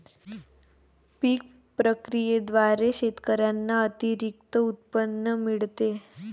पीक प्रक्रियेद्वारे शेतकऱ्यांना अतिरिक्त उत्पन्न मिळते